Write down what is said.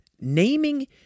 Naming